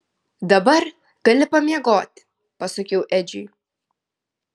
dabar gali pamiegoti pasakiau edžiui